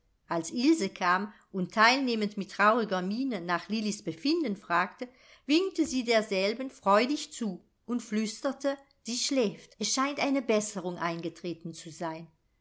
als ilse kam und teilnehmend mit trauriger miene nach lillis befinden fragte winkte sie derselben freudig zu und flüsterte sie schläft es scheint eine besserung eingetreten zu sein